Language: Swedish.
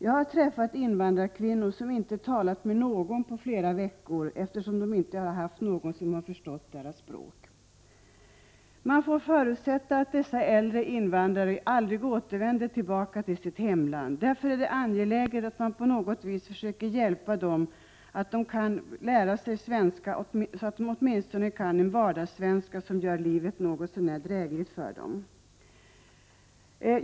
Jag har träffat invandrarkvinnor som inte har talat med någon på flera veckor eftersom de inte har haft någon som har förstått deras språk. Man får förutsätta att dessa äldre invandrare aldrig återvänder till sitt hemland. Därför är det angeläget att på något sätt försöka hjälpa dem, så att de kan lära sig svenska så att de åtminstone kan en vardagssvenska som gör livet något så när drägligt för dem.